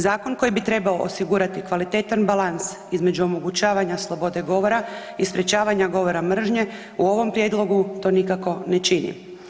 Zakon koji bi trebao osigurati kvalitetan balans između omogućavanja slobode govora i sprječavanja govora mržnje u ovom prijedlogu to nikako ne čini.